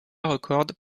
records